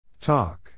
Talk